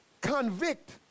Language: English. Convict